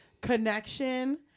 connection